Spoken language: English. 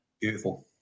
beautiful